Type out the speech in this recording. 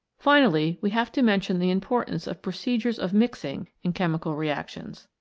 finally, we have to mention the importance of procedures of mixing in chemical reactions.